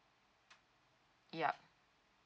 yup